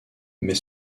mais